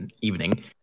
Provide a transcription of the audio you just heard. evening